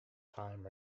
time